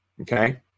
Okay